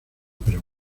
pero